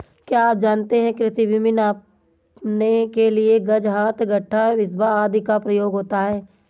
क्या आप जानते है कृषि भूमि नापने के लिए गज, हाथ, गट्ठा, बिस्बा आदि का प्रयोग होता है?